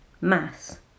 mass